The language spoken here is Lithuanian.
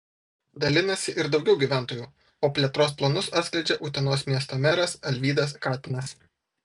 dalinasi ir daugiau gyventojų o plėtros planus atskleidžia utenos miesto meras alvydas katinas